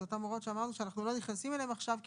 אלה אותן הוראות שאמרנו שאנחנו לא נכנסים אליהן עכשיו כי